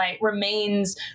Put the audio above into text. remains